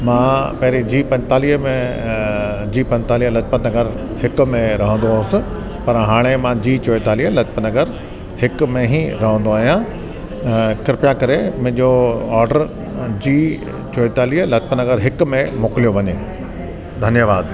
मां पहिरीं जी पंतालीह में अ जी पंतालीह लजपत नगर हिकु में रहंदो हुअसि पर हाणे मां जी चोहतालीह लाजपत नगर हिकु में ई रहंदो आहियां अ कृप्या करे मुंहिंजो ऑडर जी चोहतालीह लाजपत नगर हिकु में मोकिलियो वञे धन्यवाद